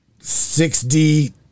6D